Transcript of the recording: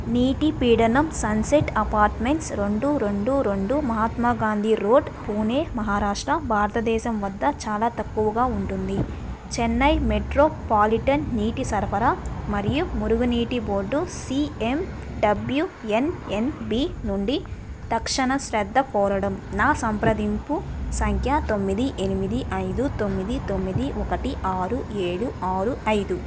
నీటి పీడనం sunset apartments రెండు రెండు రెండు మహాత్మా గాంధీ రోడ్ పూణే మహారాష్ట్ర భారతదేశం వద్ద చాలా తక్కువగా ఉంటుంది చెన్నై మెట్రోపాలిటన్ నీటి సరఫరా మరియు మురుగునీటి బోర్డు సీఎండబ్ల్యూఎన్ఎన్బీ నుండి తక్షణ శ్రద్ధ కోరడం నా సంప్రదింపు సంఖ్య తొమ్మిది ఎనిమిది ఐదు తొమ్మిది తొమ్మిది ఒకటి ఆరు ఏడు ఆరు ఐదు